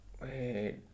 Wait